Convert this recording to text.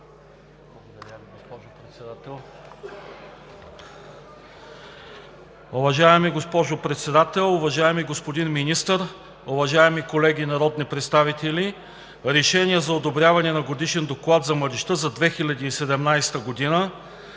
Уважаема госпожо Председател, уважаеми господин Министър, уважаеми колеги народни представители! „РЕШЕНИЕ за одобряване на Годишен доклад за младежта за 2017 г.